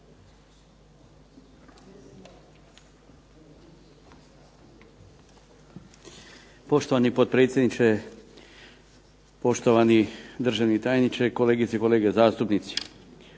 Poštovani potpredsjedniče, poštovani državni tajniče, kolegice i kolege zastupnici.